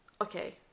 okay